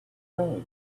road